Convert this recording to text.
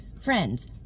Friends